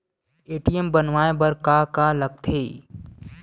ATM बनवाय बर का का लगथे?